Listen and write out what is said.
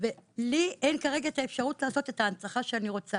ולי אין כרגע את האפשרות לעשות את ההנצחה שאני רוצה